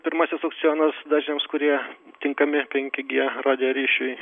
pirmasis aukcionas dažniams kurie tinkami penki gie radijo ryšiui